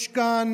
יש כאן